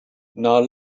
now